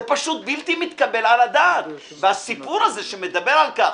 זה פשוט בלתי מתקבל על הדעת והסיפור הזה שמדבר על כך.